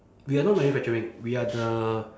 we are not manufacturing we are the